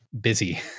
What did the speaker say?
busy